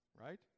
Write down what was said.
right